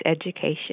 education